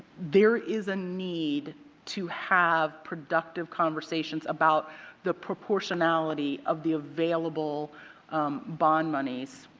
there is a need to have productive conversations about the proportionality of the available bond monies.